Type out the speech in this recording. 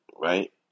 right